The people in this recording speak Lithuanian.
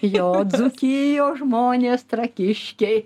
jo dzūkijos žmonės trakiškiai